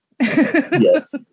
Yes